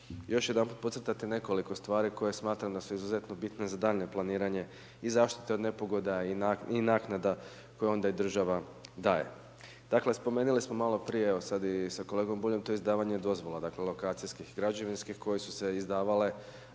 još jedanput podcrtati nekoliko stvari koje smatram da su izuzetno bitne za daljnje planiranje i zaštita od nepogoda i naknada koje onda i država daje. Dakle spomenuli smo malo prije, evo sada i sa kolegom Buljom, to je izdavanje dozvola, dakle lokacijskih i građevinskih koje su se izdavale